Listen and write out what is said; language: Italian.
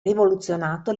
rivoluzionato